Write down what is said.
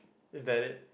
it's valid